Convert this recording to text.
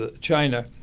China